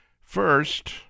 First